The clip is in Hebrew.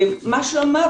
מה שלומה,